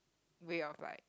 way of like